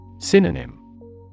Synonym